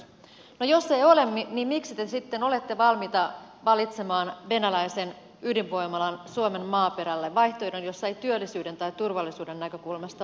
no jos ei ole niin miksi te sitten olette valmiita valitsemaan venäläisen ydinvoimalan suomen maaperälle vaihtoehdon jossa ei työllisyyden tai turvallisuuden näkökulmasta ole mitään järkeä